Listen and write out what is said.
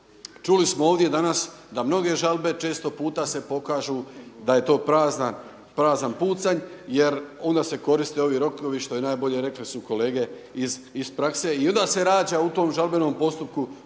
čuli smo ovdje danas da mnoge žalbe često puta se pokažu da je to prazan pucanj jer onda se koriste ovi rokovi što je najbolje, rekli su kolege iz prakse i onda se rađa u tom žalbenom postupku